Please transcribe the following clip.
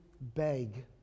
beg